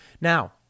Now